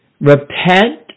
repent